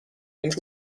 ben